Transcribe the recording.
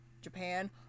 Japan